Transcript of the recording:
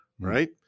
right